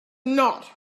not